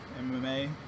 mma